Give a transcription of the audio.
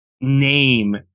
name